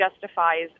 justifies